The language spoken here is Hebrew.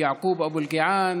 יעקוב אבו אלקיעאן,